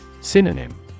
Synonym